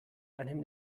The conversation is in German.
einem